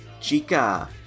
chica